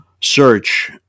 search